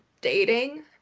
dating